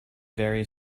very